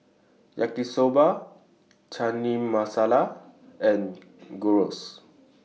Yaki Soba Chana Masala and Gyros